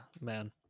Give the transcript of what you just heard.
man